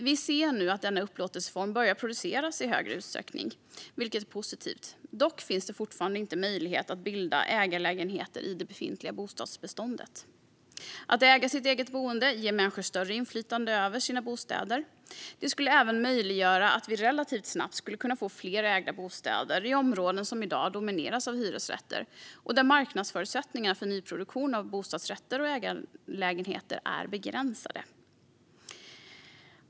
Vi ser nu att bostäder med denna upplåtelseform börjar produceras i större utsträckning, vilket är positivt. Dock finns det fortfarande inte möjlighet att bilda ägarlägenheter i det befintliga bostadsbeståndet. Att äga sitt eget boende ger människor större inflytande över sina bostäder. Det skulle även möjliggöra att vi relativt snabbt skulle kunna få fler ägda bostäder i områden som i dag domineras av hyresrätter och där marknadsförutsättningarna för nyproduktion av bostadsrätter och ägarlägenheter är begränsade.